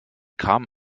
kam